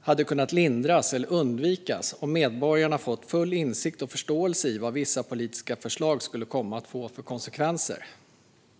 hade kunnat lindras eller undvikas om medborgarna fått full insikt i och förståelse för vad vissa politiska förslag skulle komma att få för konsekvenser.